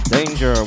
Danger